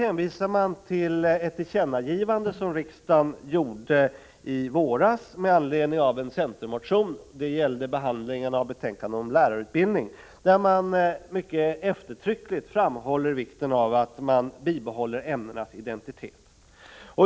Utskottsmajoriteten hänvisar till ett tillkännagivande som riksdagen gjorde i våras med anledning av en centermotion, som gällde behandlingen av ett betänkande om lärarutbildning. Där framhöll man mycket eftertryckligt vikten av att man bibehåller ämnenas identitet.